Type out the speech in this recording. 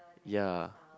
ya